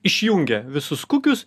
išjungia visus kukius